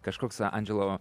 kažkoks andželo